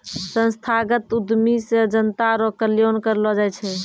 संस्थागत उद्यमी से जनता रो कल्याण करलौ जाय छै